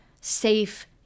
safe